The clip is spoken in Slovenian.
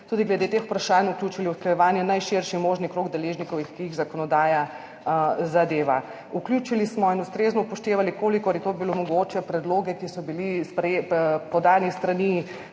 tudi glede teh vprašanj vključili v usklajevanje najširši možen krog deležnikov, ki jih zakonodaja zadeva. Vključili in ustrezno upoštevali, kolikor je to bilo mogoče, smo predloge, ki so bili podani s strani